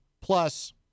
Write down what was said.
plus